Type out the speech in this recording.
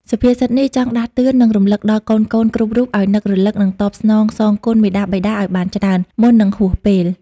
សុភាសិតនេះចង់ដាស់តឿន និងរំលឹកដល់កូនៗគ្រប់រូបឲ្យនឹករលឹកនិងតបស្នងសងគុណមាតាបិតាឲ្យបានច្រើន មុននឹងហួសពេល។